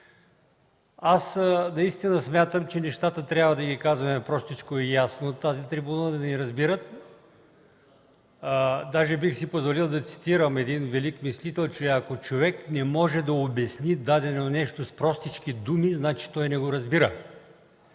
Наистина смятам, че трябва да казваме простичко и ясно нещата от тази трибуна, за да ни разберат. Дори бих си позволил да цитирам един велик мислител, че „Ако човек не може да обясни дадено нещо с простички думи, значи той не го разбира”.